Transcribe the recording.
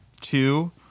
two